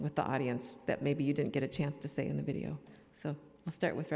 with the audience that maybe you didn't get a chance to see in the video so let's start with